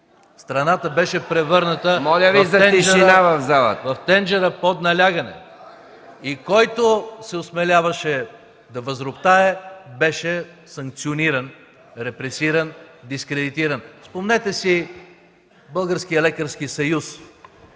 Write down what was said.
СЕРГЕЙ СТАНИШЕВ: ...в тенджера под налягане и който се осмеляваше да възроптае, беше санкциониран, репресиран, дискредитиран. Спомнете си Българския лекарски съюз